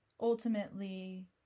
ultimately